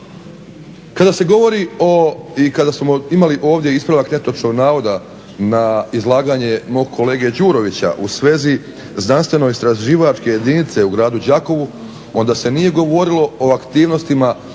ispravak netočnog navoda na izlaganje mog kolege Đurovića u svezi znanstveno-istraživačke jedinice u gradu Đakovu onda se nije govorilo o aktivnostima